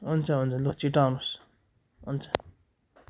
हुन्छ हुन्छ लु छिटो आउनुहोस् हुन्छ